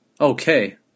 Okay